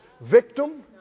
victim